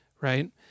right